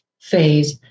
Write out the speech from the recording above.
phase